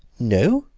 no!